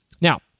Now